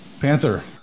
Panther